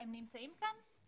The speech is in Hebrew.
הם נמצאים כאן?